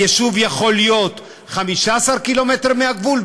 היישוב יכול להיות 15 קילומטר מהגבול,